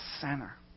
center